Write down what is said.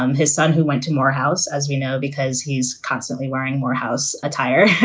um his son, who went to morehouse, as we know, because he's constantly wearing morehouse attire,